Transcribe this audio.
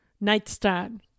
nightstand